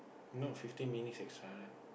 not fifteen minutes extra right